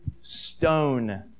stone